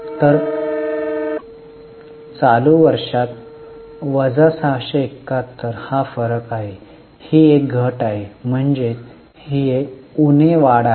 तर चालू वर्षात वजा 671 हा फरक आहे ही एक घट आहे म्हणजे ही उणे वाढ आहे